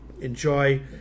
enjoy